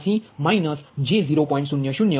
9986 આવે છે એટલે V22 ખરેખર 0